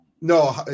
No